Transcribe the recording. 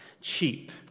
cheap